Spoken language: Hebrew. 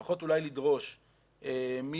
לפחות אולי לדרוש מגזברים,